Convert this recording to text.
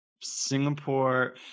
Singapore